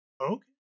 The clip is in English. Okay